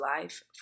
life